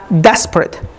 desperate